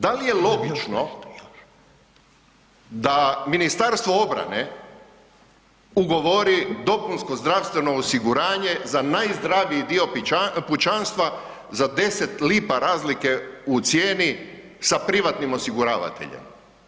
Da li je logično da Ministarstvo obrane ugovori dopunsko zdravstveno osiguranje za najzdraviji dio pučanstva za 10 lipa razlike u cijeni sa privatnim osiguravateljem?